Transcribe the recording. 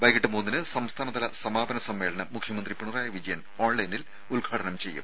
വൈകീട്ട് മൂന്നിന് സംസ്ഥാനതല സമാപന സമ്മേളനം മുഖ്യമന്ത്രി പിണറായി വിജയൻ ഓൺലൈനിൽ ഉദ്ഘാടനം ചെയ്യും